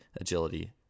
agility